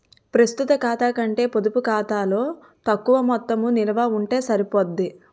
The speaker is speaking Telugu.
ప్రస్తుత ఖాతా కంటే పొడుపు ఖాతాలో తక్కువ మొత్తం నిలవ ఉంటే సరిపోద్ది